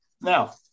Now